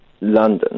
London